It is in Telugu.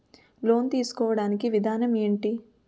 లోన్ తీసుకోడానికి విధానం ఏంటి?